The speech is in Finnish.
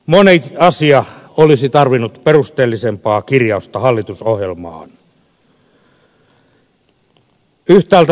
moni asia olisi tarvinnut perusteellisempaa kirjausta hallitusohjelmaan